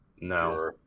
No